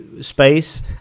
space